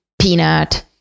peanut